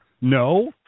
No